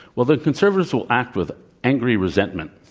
well, then conservatives will act with angry resentment.